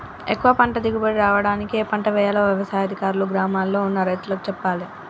ఎక్కువ పంట దిగుబడి రావడానికి ఏ పంట వేయాలో వ్యవసాయ అధికారులు గ్రామాల్ల ఉన్న రైతులకు చెప్పాలే